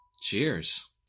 Cheers